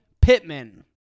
Pittman